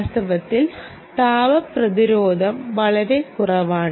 വാസ്തവത്തിൽ താപ പ്രതിരോധം വളരെ കുറവാണ്